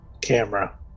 camera